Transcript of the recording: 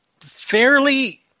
fairly